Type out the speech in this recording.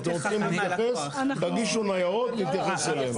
אתם רוצים להתייחס, תגישו ניירות, נתייחס אליהם.